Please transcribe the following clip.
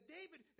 David